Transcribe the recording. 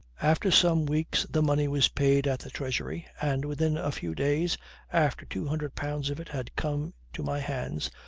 after some weeks the money was paid at the treasury, and within a few days after two hundred pounds of it had come to my hands,